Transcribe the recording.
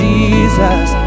Jesus